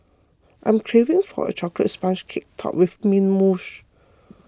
I am craving for a Chocolate Sponge Cake Topped with Mint Mousse